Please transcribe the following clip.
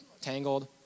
Tangled